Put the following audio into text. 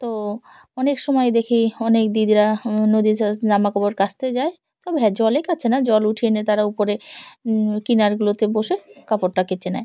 তো অনেক সময় দেখি অনেক দিদিরা নদীরতে জাম কাপড় কাচতে যায় তো হ্যাঁ জলেই কাছে না জল উঠিয়ে নিয়ে তারা উপরে কিনারা গুলোতে বসে কাপড়টা কেচে নেয়